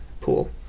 pool